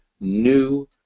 new